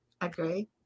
Agree